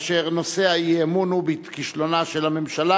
ונושא האי-אמון הוא: כישלונה של הממשלה